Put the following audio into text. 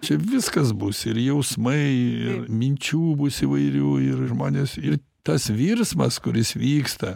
čia viskas bus ir jausmai ir minčių bus įvairių ir žmonės ir tas virsmas kuris vyksta